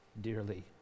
dearly